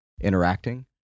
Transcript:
interacting